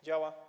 Działa?